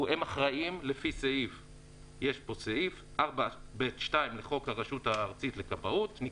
הם אחראים לפי סעיף 4(ב)(2) לחוק הרשות הארצית לכבאות: